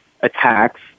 attacks